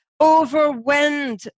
overwhelmed